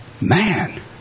Man